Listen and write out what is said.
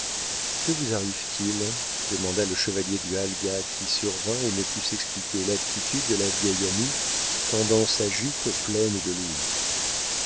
que vous arrive-t-il demanda le chevalier du halga qui survint et ne put s'expliquer l'attitude de sa vieille amie tendant sa jupe pleine de louis